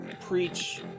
preach